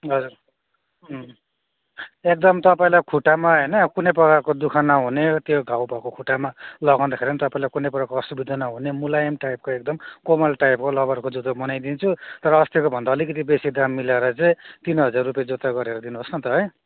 हजुर उम् एकदम तपाईँलाई खुट्टामा होइन कुनै प्रकारको दु ख नहुने त्यो घाउ भएको खुट्टामा लगाउँदाखेरि पनि तपाईँलाई कुनै प्रकारको असुविधा नहुने मुलायम टाइपको एकदम कोमल टाइपको लबरको जुत्ता बनाइदिन्छु तर अस्तिको भन्दा अलिकति बेसी दाम मिलाएर चाहिँ तिन हजार जुत्ता गरेर दिनुहोस् न त है